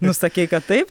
nu sakei kad taip